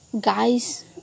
guys